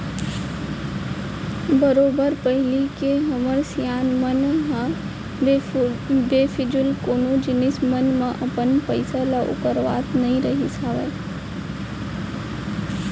बरोबर पहिली के हमर सियान मन ह बेफिजूल कोनो जिनिस मन म अपन पइसा ल उरकावत नइ रहिस हावय